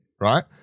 right